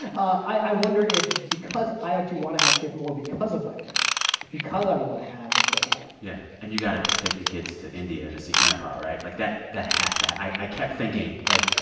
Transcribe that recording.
and i wonder if because i actually want to have kids more because of my parents because i don't want to have what they had yeah. and you got to take the kids to india to see grandpa, right? like, that that has to i i kept thinking, like,